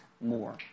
more